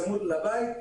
צמוד לבית,